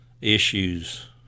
issues